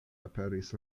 aperis